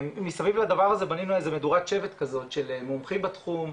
מסביב לבר הזה בנינו איזה מדורת שבט כזאת של מומחים בתחום,